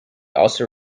also